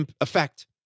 effect